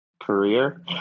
career